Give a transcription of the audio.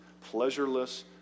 pleasureless